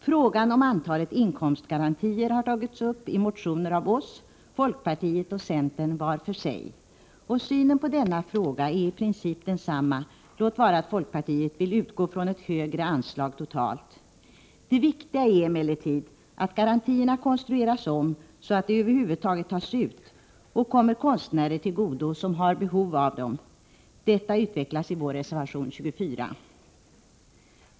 Frågan om antalet inkomstgarantier har tagits upp i motioner från oss moderater, folkpartiet och centern var för sig, och synen på denna fråga är i princip densamma, låt vara att folkpartiet vill utgå från ett högre anslag totalt. Det viktiga är emellertid att garantierna konstrueras om, så att de över huvud taget tas ut och kommer konstnärer till godo som har behov av dem. Detta utvecklas i vår reservation 24.